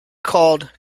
called